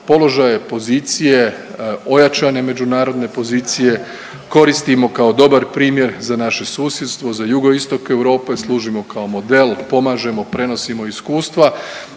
položaje, pozicije, ojačane međunarodne pozicije koristimo kao dobar primjer za naše susjedstvo, za jugoistok Europe, služimo kao model, pomažemo, prenosimo iskustva